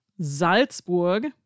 Salzburg